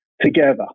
together